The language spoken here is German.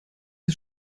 ist